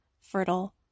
fertile